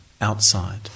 outside